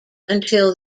until